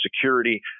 security